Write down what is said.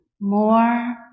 more